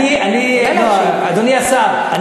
אדוני השר,